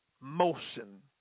motion